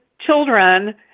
children